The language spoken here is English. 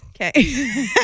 Okay